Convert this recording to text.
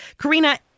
Karina